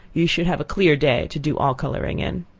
you should have a clear day to do all coloring in.